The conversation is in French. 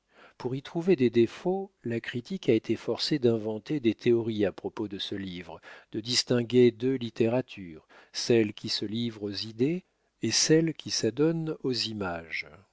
pour y trouver des défauts la critique a été forcée d'inventer des théories à propos de ce livre de distinguer deux littératures celle qui se livre aux idées et celle qui s'adonne aux images